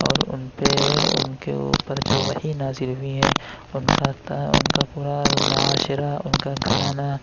اور اُن پہ اُن کے اوپر جو وحی نازل ہوئی ہے اُن کا تا اُن کا پورا معاشرہ اُن کا گھرانہ